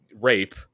rape